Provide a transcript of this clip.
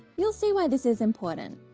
you'll see why this is important.